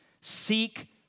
Seek